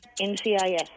NCIS